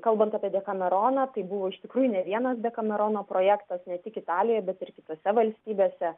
kalbant apie dekameroną tai buvo iš tikrųjų ne vienas dekamerono projektas ne tik italijoje bet ir kitose valstybėse